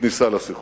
לכניסה לשיחות,